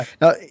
Now